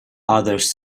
others